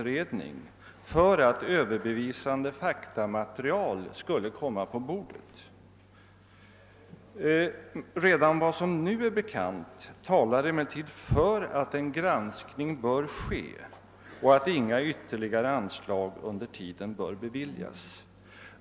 redning för att överbevisande faktamaterial skall kunna komma på bordet. Redan vad som nu är bekant talar emellertid för att en granskning bör ske och att inga ytterligare anslag under tiden bör beviljas.